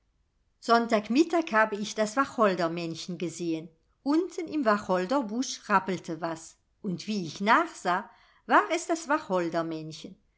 sonntag mittag habe ich das wacholdermännchen gesehen unten im wacholderbusch rappelte was und wie ich nachsah war es das wacholdermännchen